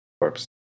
corpse